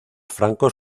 francos